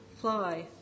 fly